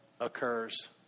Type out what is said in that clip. occurs